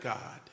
God